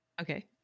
okay